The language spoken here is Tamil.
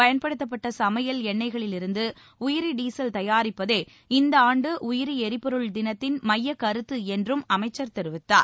பயன்படுத்தப்பட்ட சமையல் எண்ணெய்களிலிருந்து உயிரி டீசல் தயாரிப்பதே இந்த ஆண்டு உயிரி எரிபொருள் தினத்தின் மையக்கருத்து என்றும் அமைச்சர் தெரிவித்தார்